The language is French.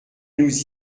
nous